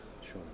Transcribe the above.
Sure